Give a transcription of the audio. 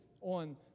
on